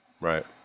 Right